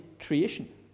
creation